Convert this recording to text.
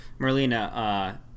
Merlina